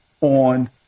on